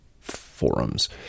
forums